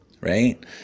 right